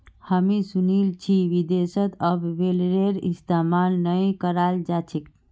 हामी सुनील छि विदेशत अब बेलरेर इस्तमाल नइ कराल जा छेक